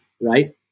right